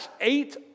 eight